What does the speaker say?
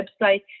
website